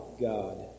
God